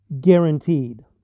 guaranteed